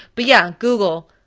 but, yeah, google,